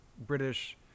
British